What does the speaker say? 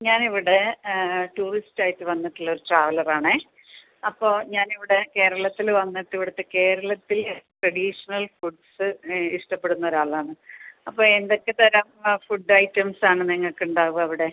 ഞാൻ ഇവിടെ ടൂറിസ്റ്റ് ആയിട്ട് വന്നിട്ടുള്ളൊരു ട്രാവലർ ആണേ അപ്പം ഞാൻ ഇവിടെ കേരളത്തിൽ വന്നിട്ട് ഇവിടുത്തെ കേരളത്തിലെ ട്രഡീഷണൽ ഫുഡ്സ് ഇഷ്ടപ്പെടുന്ന ഒരാളാണ് അപ്പം എന്തൊക്കെ തരം ഫുഡ് ഐറ്റംസ് ആണ് നിങ്ങൾക്ക് ഉണ്ടാവുക അവിടെ